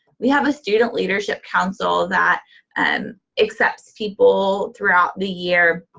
we have a student leadership council that accepts people throughout the year.